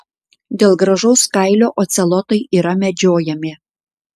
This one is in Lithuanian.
dėl gražaus kailio ocelotai yra medžiojami